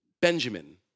Benjamin